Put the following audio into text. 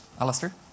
Alistair